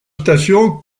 stations